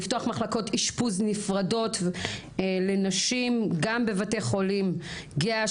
לפתוח מחלקות אשפוז נפרדות לנשים גם בבתי חולים גהה,